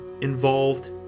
involved